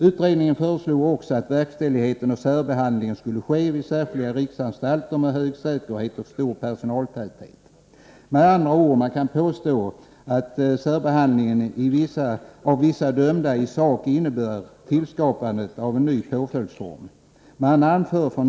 Utredningen föreslog också att verkställigheten och särbehandlingen skulle ske vid särskilda riksanstalter med hög säkerhet och stor personaltäthet. Med andra ord kan man påstå att särbehandlingen av vissa dömda i sak innebär tillskapande av en ny påföljdsform.